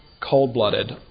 cold-blooded